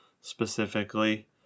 specifically